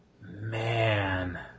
Man